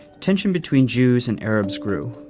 tension between jews and arabs grew.